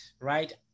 right